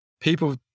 people